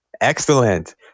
Excellent